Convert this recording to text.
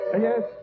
yes